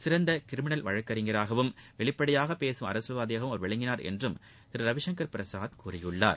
சிறந்த கிரிமினல் வழக்கறிஞராகவும் வெளிப்படையாக பேகம் அரசியல்வாதியாகவும் அவர் விளங்கினார் என்றும் திரு ரவி சங்கர் பிரசாத் கூறியிருக்கிறார்